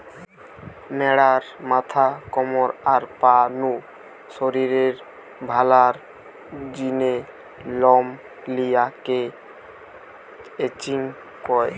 ম্যাড়ার মাথা, কমর, আর পা নু শরীরের ভালার জিনে লম লিয়া কে ক্রচিং কয়